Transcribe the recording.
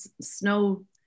snow